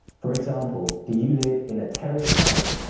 for example, do you live in a terraced house,